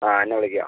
ആ എന്നെ വിളിക്കുമോ